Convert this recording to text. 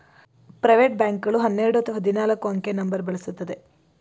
private bank ಗಳು ಹನ್ನೆರಡು ಅಥವಾ ಹದಿನಾಲ್ಕು ಅಂಕೆಯ ನಂಬರ್ ಬಳಸುತ್ತದೆ